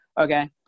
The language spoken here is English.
okay